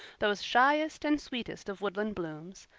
those shyest and sweetest of woodland blooms,